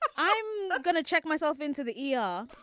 i'm gonna check myself into the e r.